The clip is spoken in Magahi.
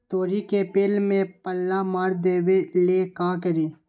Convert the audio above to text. तोड़ी के पेड़ में पल्ला मार देबे ले का करी?